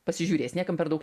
pasižiūrės niekam per daug